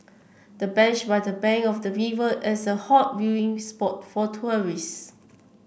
the bench by the bank of the river is a hot viewing spot for tourists